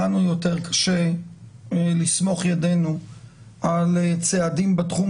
לנו יותר קשה לסמוך ידינו על צעדים בתחום